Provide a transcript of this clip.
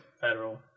federal